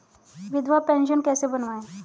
विधवा पेंशन कैसे बनवायें?